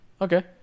Okay